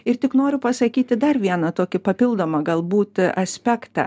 ir tik noriu pasakyti dar vieną tokį papildomą galbūt aspektą